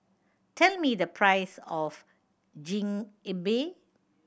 tell me the price of Chigenabe